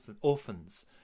orphans